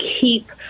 keep